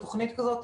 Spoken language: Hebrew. תוכנית כזאת,